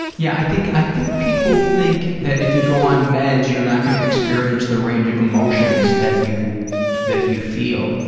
yeah, i think i think people think that if you go on meds you're not going to experience the range of emotions that you that you feel.